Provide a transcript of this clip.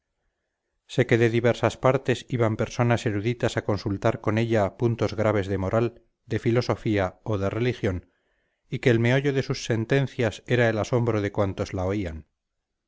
sé que de diversas partes iban personas eruditas a consultar con ella puntos graves de moral de filosofía o de religión y que el meollo de sus sentencias era el asombro de cuantos la oían